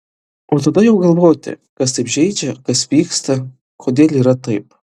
o tada jau galvoti kas taip žeidžia kas vyksta kodėl yra taip